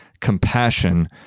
compassion